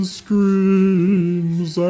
screams